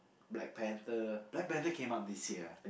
Black-Panther Black-Panther came out this year eh